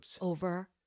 over